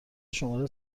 شماره